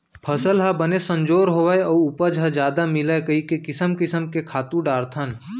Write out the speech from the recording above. फसल ह बने संजोर होवय अउ उपज ह जादा मिलय कइके किसम किसम के खातू डारथन